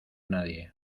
nadie